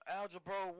algebra